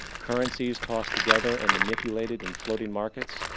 currencies tossed together and manipulated in floating markets,